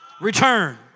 Return